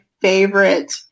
favorite